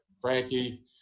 Frankie